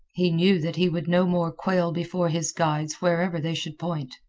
he knew that he would no more quail before his guides wherever they should point.